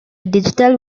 digital